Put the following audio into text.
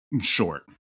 short